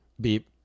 Beep